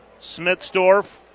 Smitsdorf